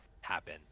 happen